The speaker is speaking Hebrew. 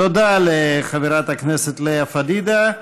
תודה לחברת הכנסת לאה פדידה.